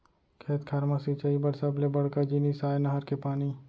खेत खार म सिंचई बर सबले बड़का जिनिस आय नहर के पानी